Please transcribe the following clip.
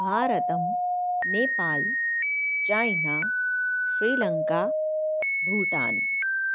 भारतम् नेपाल् चैना श्रीलङ्का भूटान्